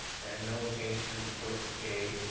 there are no changes to report today.